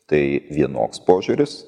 tai vienoks požiūris